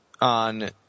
on